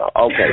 Okay